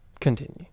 Continue